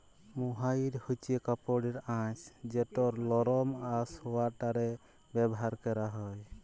mohair হছে কাপড়ের আঁশ যেট লরম আর সোয়েটারে ব্যাভার ক্যরা হ্যয়